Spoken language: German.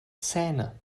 zähne